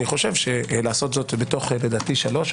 אני חושב שלעשות זאת בתוך 3,